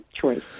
choice